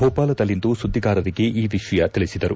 ಭೂಪಾಲದಲ್ಲಿಂದು ಸುದ್ದಿಗಾರರಿಗೆ ಈ ವಿಷಯ ತಿಳಿಸಿದರು